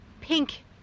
pink